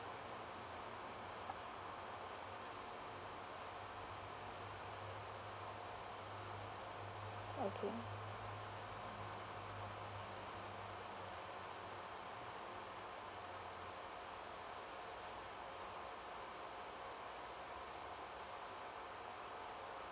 okay